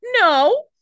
No